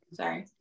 sorry